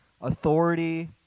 authority